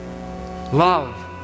Love